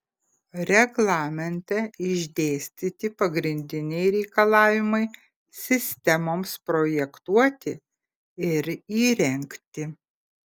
reglamente išdėstyti pagrindiniai reikalavimai sistemoms projektuoti ir įrengti